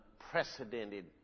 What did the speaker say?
unprecedented